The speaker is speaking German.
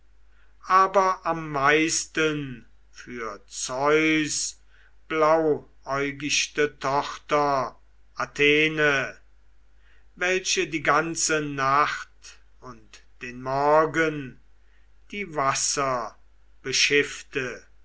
aber am meisten für zeus blauäugichte tochter athene welche die ganze nacht und den morgen die wasser